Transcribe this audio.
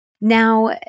Now